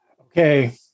Okay